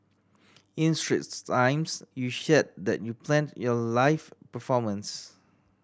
in Straits Times you shared that you planned your live performance